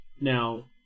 now